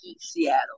Seattle